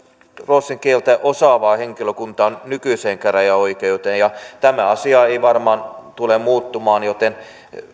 ruotsin kieltä osaavaa henkilökuntaa nykyiseen käräjäoikeuteen ja tämä asia ei varmaan tule muuttumaan joten